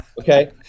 Okay